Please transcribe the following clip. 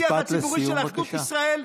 השיח הציבורי של אחדות ישראל,